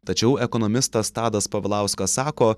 tačiau ekonomistas tadas povilauskas sako